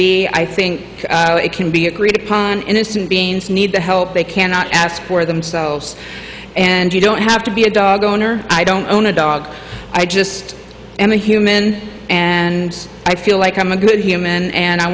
be i think it can be agreed upon innocent beings need the help they cannot ask for themselves and you don't have to be a dog owner i don't own a dog i just am a human and i feel like i'm a good human and i